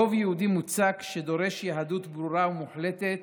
רוב יהודי מוצק שדורש יהדות ברורה ומוחלטת